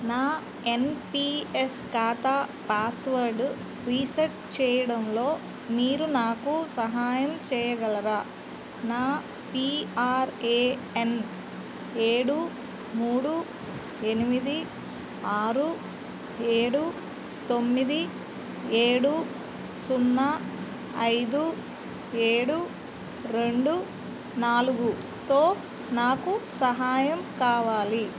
నా ఎన్పిఎస్ ఖాతా password reset చేయడంలో మీరు నాకు సహాయం చేయగలరా నా పీఆర్ఏఎన్ ఏడు మూడు ఎనిమిది ఆరు ఏడు తొమ్మిది ఏడు సున్నా ఐదు ఏడు రెండు నాలుగుతో నాకు సహాయం కావాలి